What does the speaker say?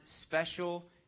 special